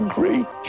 great